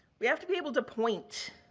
we have to be able to point.